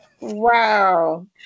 Wow